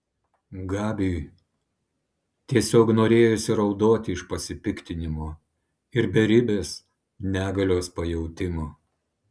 gabiui tiesiog norėjosi raudoti iš pasipiktinimo ir beribės negalios pajautimo